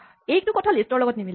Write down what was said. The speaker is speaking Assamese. এইটো কথা লিষ্টৰ লগত নিমিলে